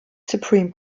supreme